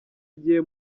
agiye